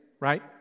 right